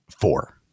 four